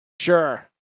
Sure